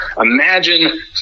imagine